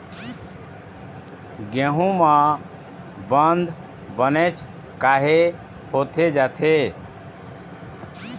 गेहूं म बंद बनेच काहे होथे जाथे?